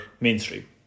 mainstream